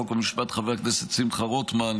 חוק ומשפט חבר הכנסת שמחה רוטמן,